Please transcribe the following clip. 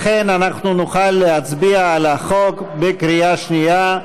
לכן אנחנו נוכל להצביע על החוק בקריאה שנייה,